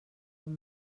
quan